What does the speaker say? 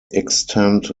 extant